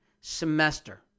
semester